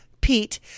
Pete